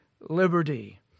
liberty